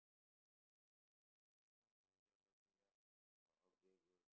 nursing ah oh advise them to join nursing ah oh okay good